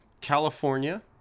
California